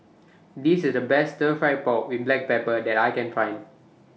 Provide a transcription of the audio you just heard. This IS The Best Stir Fried Pork with Black Pepper that I Can Find